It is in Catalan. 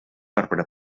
arbre